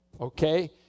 okay